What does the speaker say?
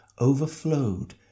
overflowed